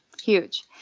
Huge